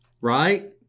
Right